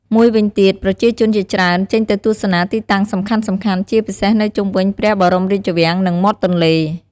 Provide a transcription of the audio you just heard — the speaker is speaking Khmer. មួយវិញទៀត ប្រជាជនជាច្រើនចេញទៅទស្សនាទីតាំងសំខាន់ៗ ជាពិសេសនៅជុំវិញព្រះបរមរាជវាំង និងមាត់ទន្លេ។